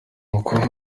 mukobwa